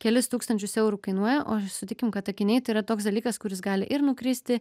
kelis tūkstančius eurų kainuoja o sutikim kad akiniai tai yra toks dalykas kuris gali ir nukristi